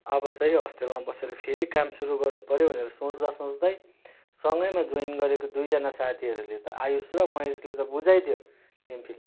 अब चाहिँ हस्टेलमा बसेर फेरि काम सुरु गर्नु पऱ्यो भनेर सोच्दा सोच्दै सँगैमा जोइन गरेको दुईजना साथीहरूले त आयुश र महेशले त बुझाइदियो एमफिल